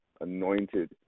anointed